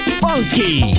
funky